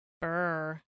Burr